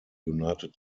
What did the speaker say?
united